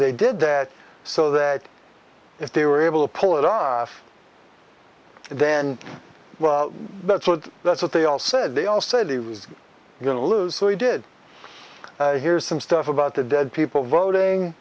they did that so that if they were able to pull it off then well that's what that's what they all said they all said he was going to lose so he did here's some stuff about the dead people voting